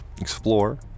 explore